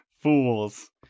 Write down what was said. fools